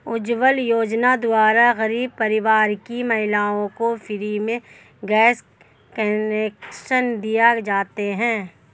उज्जवला योजना द्वारा गरीब परिवार की महिलाओं को फ्री में गैस कनेक्शन दिए जाते है